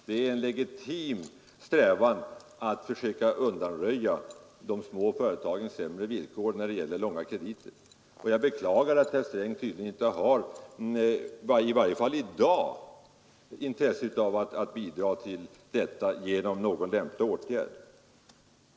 Det är en legitim strävan att försöka undanröja de små företagens sämre villkor när det gäller långa krediter. Jag beklagar att herr Sträng tydligen i varje fall inte i dag har intresse av att bidra till detta genom någon lämplig åtgärd.